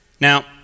now